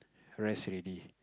rest already